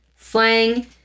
slang